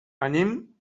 anem